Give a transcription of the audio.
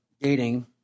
dating